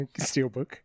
steelbook